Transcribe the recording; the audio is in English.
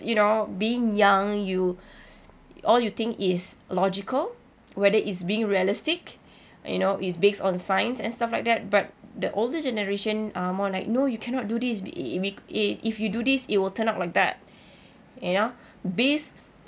you know being young you all you think is logical whether it's being realistic you know it's based on science and stuff like that but the older generation are more like no you cannot do this be~ if you do this it will turn out like that you know based